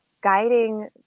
guiding